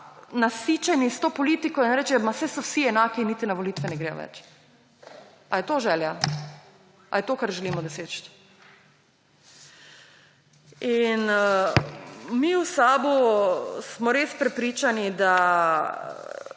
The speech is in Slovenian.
nasičeni s to politiko in rečejo – saj so vsi enaki; in niti na volitve ne gredo več. Ali je to želja, ali to želimo doseči? Mi v SAB smo res prepričani, da